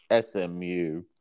SMU